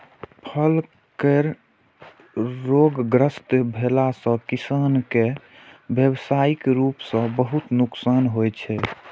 फल केर रोगग्रस्त भेला सं किसान कें व्यावसायिक रूप सं बहुत नुकसान होइ छै